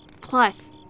plus